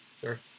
Sure